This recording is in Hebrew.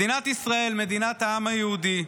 מדינת ישראל, מדינת העם היהודי,